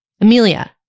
Amelia